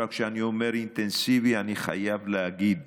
כשאני אומר "אינטנסיבי", אני חייב להגיד